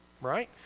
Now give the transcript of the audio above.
Right